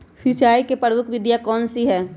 सिंचाई की प्रमुख विधियां कौन कौन सी है?